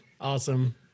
Awesome